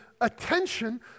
attention